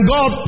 God